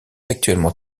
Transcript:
actuellement